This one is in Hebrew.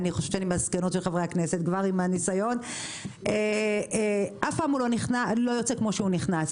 אני חושבת שאני מזקנות חברי הכנסת לא יוצא כמו שהוא נכנס.